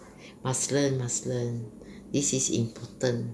must learn must learn this is important